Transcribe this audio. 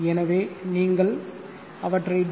எனவே நீங்கள் அவற்றை டி